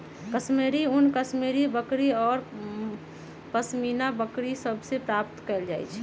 कश्मीरी ऊन कश्मीरी बकरि आऽ पशमीना बकरि सभ से प्राप्त कएल जाइ छइ